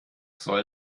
soll